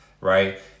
right